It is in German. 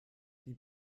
die